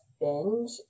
binge